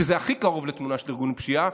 שזה הכי קרוב לתמונה של ארגון פשיעה,